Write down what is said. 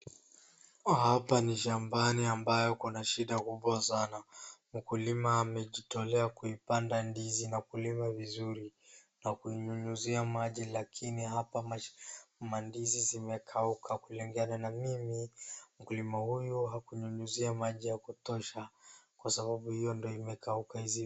Hapa ni shambani ambayo kuna shida kubwa sana. Mkulima amejitolea kuipanda ndizi na kulima na kuinyunyunzia maji lakini hapa mandizi zimekauka kulingana na mimi mkulima huyu hakunyunyizia maji ya kutosha kwa sababu hiyo ndio imekauka hizi.